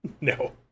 no